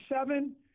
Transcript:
seven